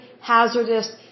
hazardous